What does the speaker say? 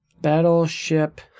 Battleship